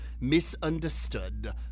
misunderstood